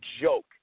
joke